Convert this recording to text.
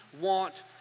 want